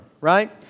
Right